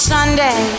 Sunday